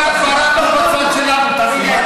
כל ההגברה פה בצד שלנו,